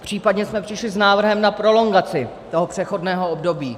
Případně jsme přišli s návrhem na prolongaci toho přechodného období.